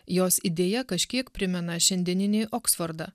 jos idėja kažkiek primena šiandieninį oksfordą